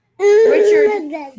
Richard